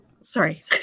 Sorry